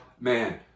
man